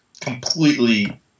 completely